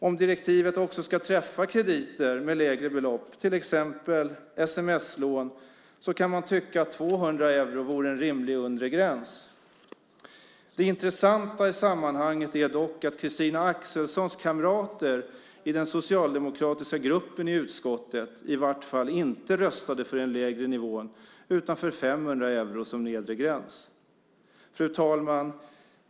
Om direktivet också ska träffa krediter med lägre belopp, till exempel sms-lån, kan man tycka att 200 euro vore en rimlig undre gräns. Det intressanta i sammanhanget är dock att Christina Axelssons kamrater i den socialdemokratiska gruppen i utskottet inte röstade för den lägre nivån, utan för 500 euro som nedre gräns. Fru talman!